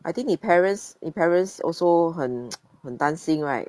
I think 你 parents 你 parents also 很很担心 right